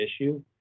issue